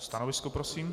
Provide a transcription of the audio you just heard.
Stanovisko prosím.